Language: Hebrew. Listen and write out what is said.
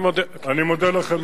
אני מודה לכם מאוד.